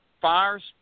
fires